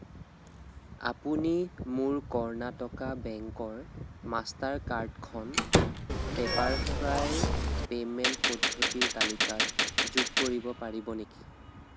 আপুনি মোৰ কৰ্ণাটকা বেংকৰ মাষ্টাৰ কাৰ্ডখন পেপাৰফ্ৰাইৰ পে'মেণ্ট পদ্ধতিৰ তালিকাত যোগ কৰিব পাৰিব নেকি